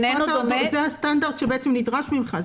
זה הסטנדרט שבעצם נדרש ממך.